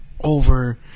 over